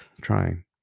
trying